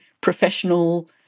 professional